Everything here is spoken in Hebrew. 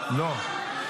לא.